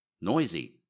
noisy